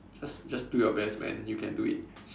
just just do your best man you can do it